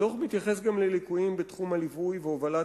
הדוח מתייחס גם לליקויים בתחום הליווי והובלת